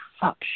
Fuck